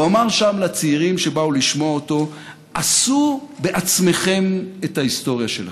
הוא אמר שם לצעירים שבאו לשמוע אותו: "עשו בעצמכם את ההיסטוריה שלכם.